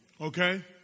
Okay